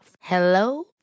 Hello